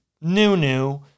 new-new